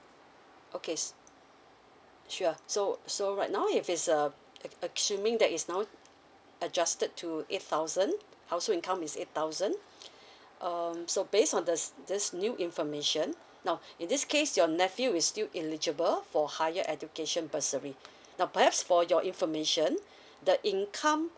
okay s~ sure so so right now if it's uh assuming that is now adjusted to eight thousand household income is eight thousand um so based on this this new information now in this case your nephew is still eligible for higher education bursary now perhaps for your information the income